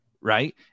Right